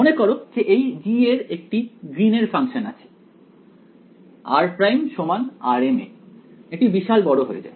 মনে করো যে এই g এর একটি গ্রীন এর ফাংশান আছে r′ rm এ এটি বিশাল বড় হয়ে যায়